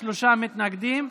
שלושה מתנגדים.